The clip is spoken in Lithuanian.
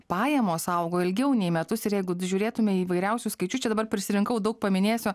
pajamos augo ilgiau nei metus ir jeigu žiūrėtume į įvairiausius skaičius čia dabar prisirinkau daug paminėsiu